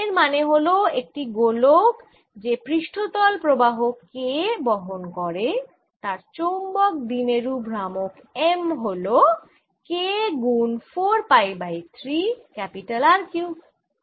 এর মানে হল একটি গোলক যে পৃষ্ঠতল প্রবাহ K বহন করে তার চৌম্বক দ্বিমেরু ভ্রামক m হল K গুন 4 পাই বাই 3 R কিউব